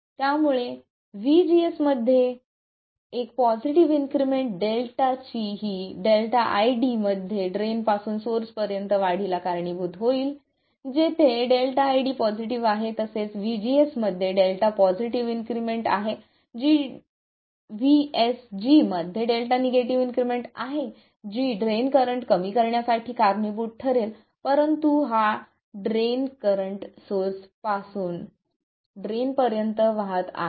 त्यामुळेVGS मध्ये एक positive increment Δ ची ही ΔID मध्ये ड्रेन पासून सोर्स पर्यंत वाढीला कारणीभूत होईल जेथे ΔID पॉझिटिव्ह आहे तसेच VGS मध्ये Δ पॉझिटिव्ह इन्क्रिमेंट आहे जी VSGमध्ये डेल्टा निगेटिव्ह इन्क्रिमेंट आहे जी ड्रेन करंट कमी करण्यासाठी कारणीभूत ठरेल परंतु हा ड्रेन करंट सोर्स पासून ड्रेन पर्यंत वाहत आहे